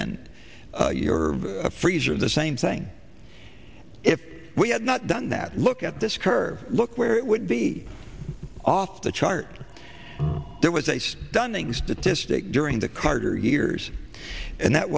n your freezer the same thing if we had not done that look at this curve look where it would be off the chart there was a stunning statistic during the carter years and that